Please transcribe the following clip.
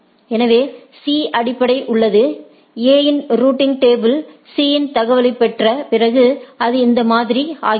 எனவே C அப்படி உள்ளது A இன் ரூட்டிங் டேபிள் C இன் தகவலைப் பெற்ற பிறகு அது இந்த மாதிரி ஆகிறது